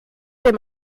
dem